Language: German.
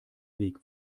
weg